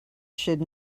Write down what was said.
should